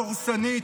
דורסנית.